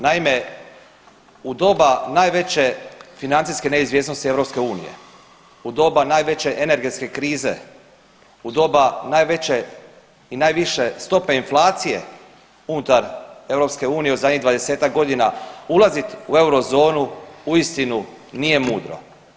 Naime, u doba najveće financijske neizvjesnosti EU u doba najveće energetske krize, u doba najveće i najviše stope inflacije unutar EU u zadnjih 20-ak godina ulazit u eurozonu uistinu nije mudro.